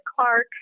Clark